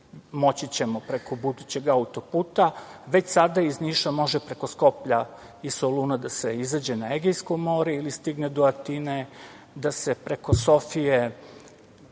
moći ćemo preko budućeg auto-puta. Već sada iz Niša može preko Skoplja i Soluna da se izađe na Egejsko more ili stigne do Atine, da se preko Sofije